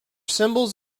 symbols